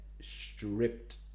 stripped